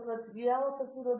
professor B